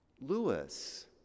Lewis